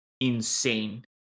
insane